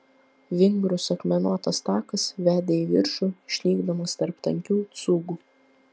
vingrus akmenuotas takas vedė į viršų išnykdamas tarp tankių cūgų